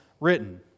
written